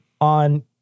on